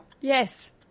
Yes